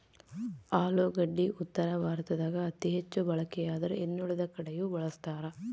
ಆಲೂಗಡ್ಡಿ ಉತ್ತರ ಭಾರತದಾಗ ಅತಿ ಹೆಚ್ಚು ಬಳಕೆಯಾದ್ರೆ ಇನ್ನುಳಿದ ಕಡೆಯೂ ಬಳಸ್ತಾರ